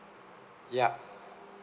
yup